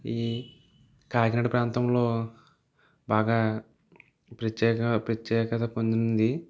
ఇది కాకినాడ ప్రాంతంలో బాగా ప్రత్యేక ప్రత్యేకత పొందింది